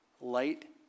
light